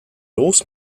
los